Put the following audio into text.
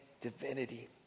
divinity